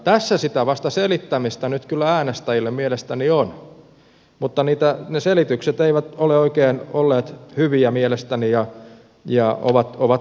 tässä sitä vasta selittämistä nyt kyllä äänestäjille on eivätkä ne selitykset mielestäni ole oikein olleet hyviä ja ovat niin kuin ontuneet